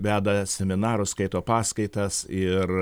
veda seminarus skaito paskaitas ir